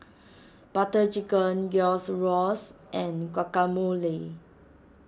Butter Chicken and Guacamole